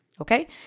Okay